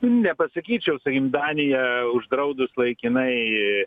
nepasakyčiau sakykim danija uždraudus laikinai